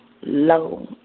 low